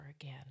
again